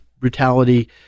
Brutality